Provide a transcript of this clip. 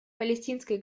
палестинское